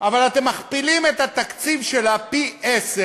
אבל אתם מגדילים את התקציב שלה פי-עשרה,